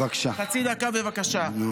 מה עם יאיר נתניהו?